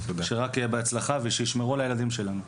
שרק יהיה בהצלחה, ושישמרו על הילדים שלנו.